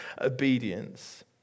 obedience